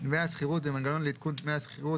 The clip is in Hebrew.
"3)דמי השכירות ומנגנון לעדכון דמי השכירות,